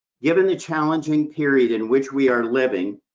given the challenging period in which we are living,